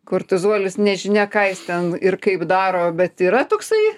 kortizolis nežinia ką jis ten ir kaip daro bet yra toksai